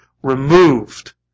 removed